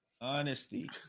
Honesty